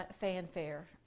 fanfare